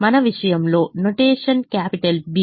మన విషయంలో notation capital B